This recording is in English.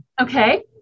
Okay